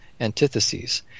antitheses